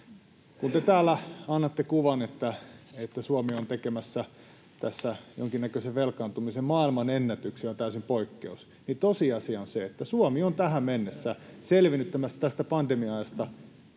Kun te täällä annatte kuvan, että Suomi on tekemässä tässä jonkinnäköisen velkaantumisen maailmanennätyksen ja on täysin poikkeus, niin tosiasia on se, että Suomi on tähän mennessä selvinnyt tästä pandemiasta